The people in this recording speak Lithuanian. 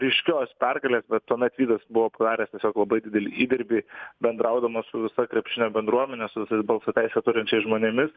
ryškios pergalės bet tuomet vydas buvo padaręs tiesiog labai didelį įdirbį bendraudamas su visa krepšinio bendruomene su visais balso teisę turinčiais žmonėmis